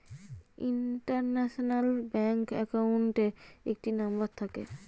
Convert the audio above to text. international bank অ্যাকাউন্টের একটি number থাকে